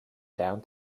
down